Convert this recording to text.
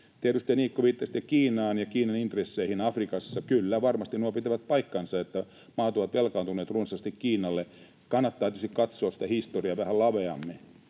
edustaja Niikko, viittasitte Kiinaan ja Kiinan intresseihin Afrikassa. Kyllä, varmasti tuo pitää paikkansa, että maat ovat velkaantuneet runsaasti Kiinalle. Kannattaa tietysti katsoa sitä historiaa vähän laveammin: